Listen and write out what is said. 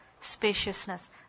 spaciousness